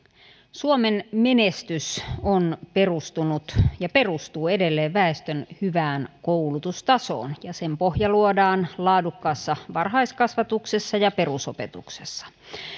suomen menestys on perustunut ja perustuu edelleen väestön hyvään koulutustasoon ja sen pohja luodaan laadukkaassa varhaiskasvatuksessa ja perusopetuksessa